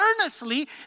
earnestly